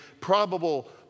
probable